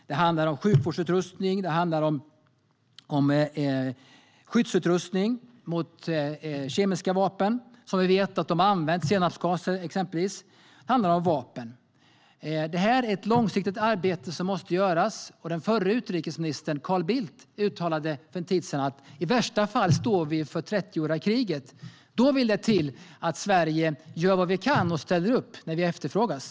Det handlar om sjukvårdsutrustning och skyddsutrustning mot kemiska vapen - vi vet att de till exempel har använt senapsgaser - och vapen. Detta är ett långsiktigt arbete som måste göras. Den förre utrikesministern Carl Bildt uttalade för en tid sedan att vi i värsta fall står inför 30-åriga kriget. Då vill det till att vi i Sverige gör vad vi kan och ställer upp när vi efterfrågas.